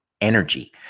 energy